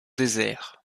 désert